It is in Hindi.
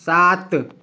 सात